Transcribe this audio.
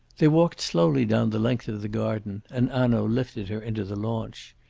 they walked slowly down the length of the garden, and hanaud lifted her into the launch.